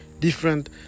different